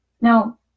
now